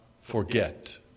forget